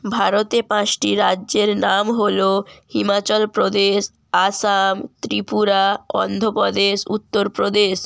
ভারতে পাঁচটি রাজ্যের নাম হল হিমাচল প্রদেশ আসাম ত্রিপুরা অন্ধ্র প্রদেশ উত্তর প্রদেশ